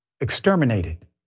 exterminated